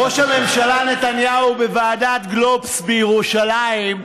ראש הממשלה נתניהו, בוועדת גלובס בירושלים,